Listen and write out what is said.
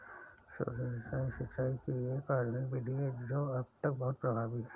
सूक्ष्म सिंचाई, सिंचाई की एक आधुनिक विधि है जो अब तक बहुत प्रभावी है